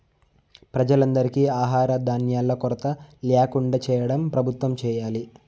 ప్రజలందరికీ ఆహార ధాన్యాల కొరత ల్యాకుండా చేయటం ప్రభుత్వం చేయాలి